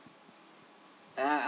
uh